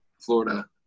Florida